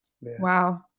wow